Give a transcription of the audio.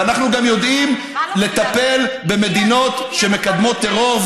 ואנחנו גם יודעים לטפל במדינות שמקדמות טרור,